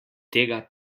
tega